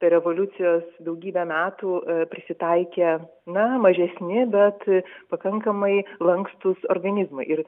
revoliucijos daugybę metų prisitaikė na mažesni bet pakankamai lankstūs organizmai ir